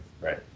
right